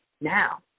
Now